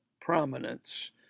prominence